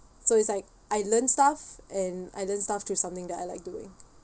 so it's like I learn stuff and I learn stuff through something that I like doing